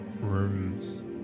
rooms